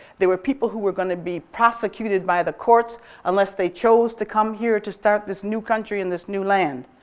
they were people who were going to be prosecuted by the courts unless they chose to come here to start this new country in this new land.